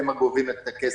הם שגובים את הכסף.